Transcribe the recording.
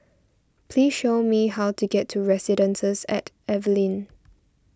please tell me how to get to Residences at Evelyn